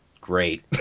Great